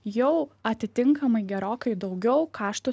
jau atitinkamai gerokai daugiau kaštų